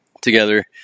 together